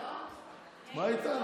לא הייתה?